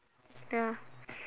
ya